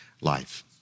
life